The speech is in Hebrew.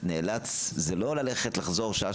זה לא ללכת ולחזור שעה,